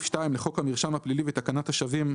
2 לחוק המרשם הפלילי ותקנת השבים,